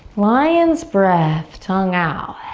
lion's breath, tongue out.